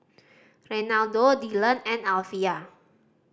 Renaldo Dyllan and Alvia